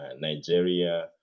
Nigeria